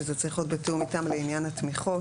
שזה צריך להיות בתיאום איתם לעניין התמיכות.